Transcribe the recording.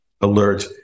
alert